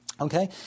Okay